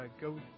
go